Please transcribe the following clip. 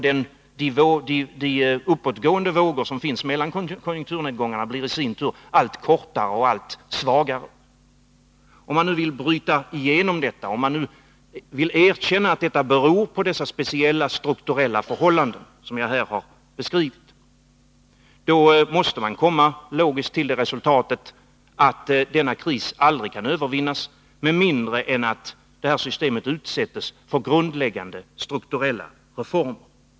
De uppåtgående vågor som finns mellan konjunkturnedgångarna blir i sin tur allt kortare och allt svagare. Om man nu vill bryta igenom detta och erkänna att det beror på de speciella strukturella förhållanden som jag här beskrivit, då måste man logiskt komma till det resultatet att denna kris aldrig kan övervinnas med mindre än att det här systemet utsätts för grundläggande strukturella reformer.